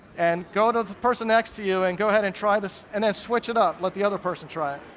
and go to the person next to you and go ahead and try this, and then switch it up and let the other person try it.